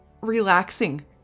relaxing